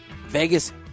Vegas